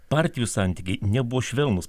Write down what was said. partijų santykiai nebuvo švelnūs